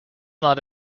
not